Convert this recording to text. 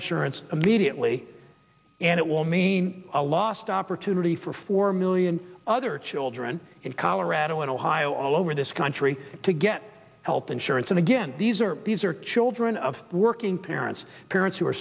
insurance immediately and it will mean a lost opportunity for four million other children in colorado and ohio all over this country to get health insurance and again these are these are children of working parents parents who are